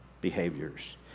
behaviors